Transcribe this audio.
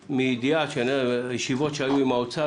כי מידיעה מישיבות שהיו עם האוצר,